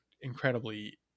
incredibly